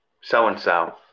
so-and-so